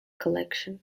collection